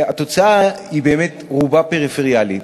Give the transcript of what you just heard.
והתוצאה היא ברובה פריפריאלית.